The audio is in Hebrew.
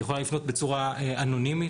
היא יכולה בצורה אנונימית,